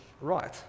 right